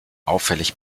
auffällig